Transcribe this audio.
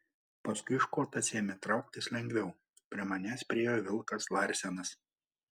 paskui škotas ėmė trauktis lengviau prie manęs priėjo vilkas larsenas